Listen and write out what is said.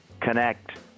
connect